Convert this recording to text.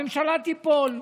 הממשלה תיפול.